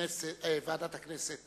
וועדת הכנסת